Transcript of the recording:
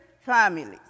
families